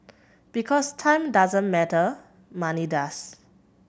because time doesn't matter money does